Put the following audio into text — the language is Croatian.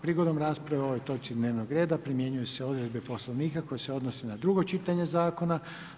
Prigodom rasprave o ovoj točci dnevnog reda primjenjuju se odredbe Poslovnika koji se odnosi na drugo čitanje zakona.